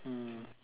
mm